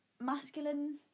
masculine